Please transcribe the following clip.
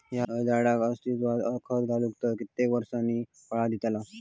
हया झाडाक यवस्तित खत घातला तर कितक्या वरसांनी फळा दीताला?